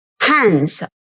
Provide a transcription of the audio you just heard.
hands